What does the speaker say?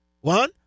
One